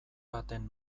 baten